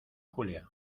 julia